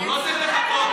הוא לא צריך לחכות.